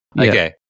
Okay